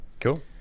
Cool